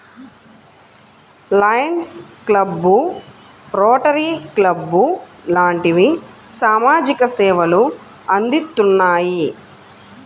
Lions club, Rotary club లాంటివి సామాజిక సేవలు అందిత్తున్నాయి